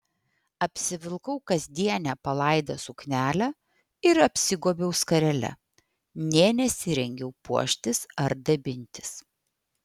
apsivilkau kasdienę palaidą suknelę ir apsigobiau skarele nė nesirengiau puoštis ar dabintis